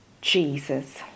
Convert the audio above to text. Jesus